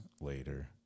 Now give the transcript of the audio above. later